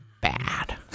bad